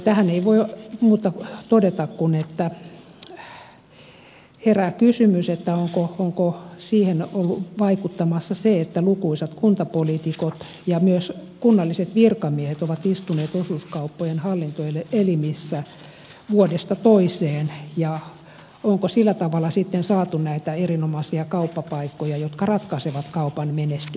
tähän ei voi muuta todeta kuin että herää kysymys onko siihen ollut vaikuttamassa se että lukuisat kuntapoliitikot ja myös kunnalliset virkamiehet ovat istuneet osuuskauppojen hallintoelimissä vuodesta toiseen ja onko sillä tavalla sitten saatu näitä erinomaisia kauppapaikkoja jotka ratkaisevat kaupan menestymisen markkinoilla